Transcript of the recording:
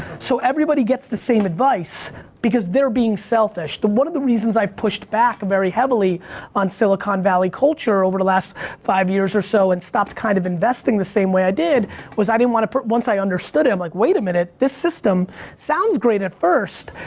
so everybody gets the same advice because they're being selfish. one of the reasons i've pushed back very heavily on silicon valley culture over the last five years or so and stopped kind of investing the same way i did was i mean once i understood it, i'm like, wait a minute, this system sounds great at first.